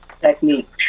Technique